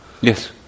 yes